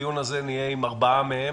בדיון הזה נהיה עם ארבעה מהם.